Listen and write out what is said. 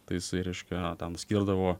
tai jisai reiškia ten skirdavo